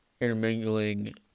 intermingling